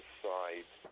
side